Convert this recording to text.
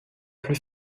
plus